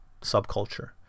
subculture